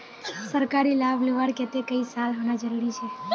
सरकारी लाभ लुबार केते कई साल होना जरूरी छे?